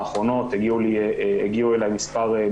אני חייב לומר משהו כששולחים לי תוך כדי,